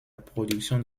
production